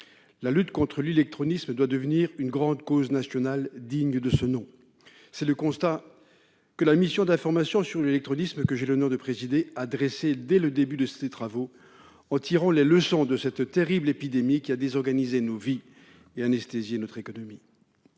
la lutte contre l'illectronisme doit devenir une grande cause nationale. C'est le constat que la mission d'information sur l'illectronisme, que j'ai l'honneur de présider, a dressé dès le début de ses travaux, en tirant les leçons de cette terrible épidémie qui a désorganisé nos vies et anesthésié notre économie.